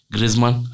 Griezmann